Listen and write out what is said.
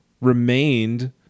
remained